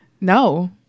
No